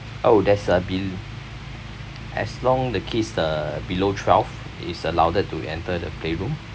oh there's a bel~ as long the kids uh below twelve is allowed to enter the playroom